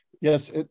Yes